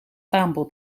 aanbod